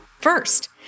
first